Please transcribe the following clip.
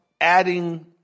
adding